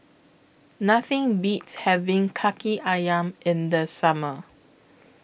Nothing Beats having Kaki Ayam in The Summer